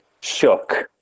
shook